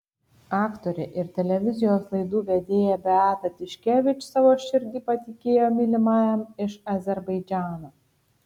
aktorė ir televizijos laidų vedėja beata tiškevič savo širdį patikėjo mylimajam iš azerbaidžano